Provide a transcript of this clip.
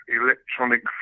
electronic